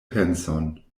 penson